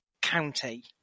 County